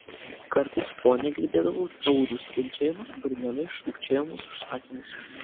kartais fone girdėdavau taurių skimbčiojimą barmenui šūkčiojamus užsakymus